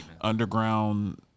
underground